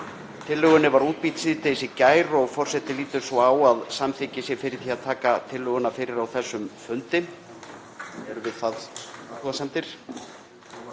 Tillögunni var útbýtt síðdegis í gær og forseti lítur svo á að samþykki sé fyrir því að taka tillöguna fyrir á þessum fundi.